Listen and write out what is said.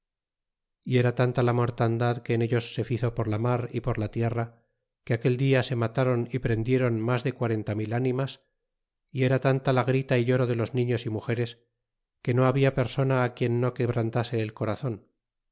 y era tanta la m o rtandad que en ellos se lizo por la mar y por la tierra que aquel dia se malst ron y preittlion mas de quarenta mil ánimas y era tanta la grita y lloro de los niños y naugeres que no habla persona quien no quebr ntase el corazon